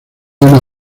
una